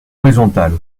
horizontale